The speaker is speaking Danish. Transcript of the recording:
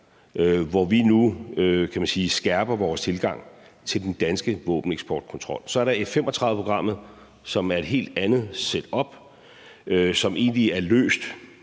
man sige, skærper vores tilgang til den danske våbeneksportkontrol. Så er der F 35-programmet, som er et helt andet setup, og som egentlig for så